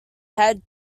head